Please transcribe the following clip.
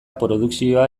produkzioa